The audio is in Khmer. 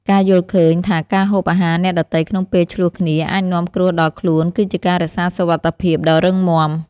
ការយល់ឃើញថាការហូបអាហារអ្នកដទៃក្នុងពេលឈ្លោះគ្នាអាចនាំគ្រោះដល់ខ្លួនគឺជាការរក្សាសុវត្ថិភាពដ៏រឹងមាំ។